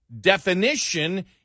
definition